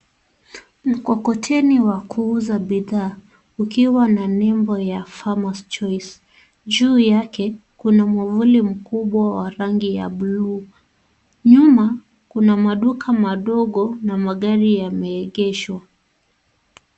Mkokoteni wa kuuza bidhaa ukiwa na nembo ya farmers choice. Juu yake kuna mwavuli mkubwa wa rangi ya bluu nyuma kuna maduka madogo na magari yameegeshwa.